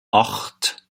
acht